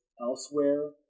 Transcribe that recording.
elsewhere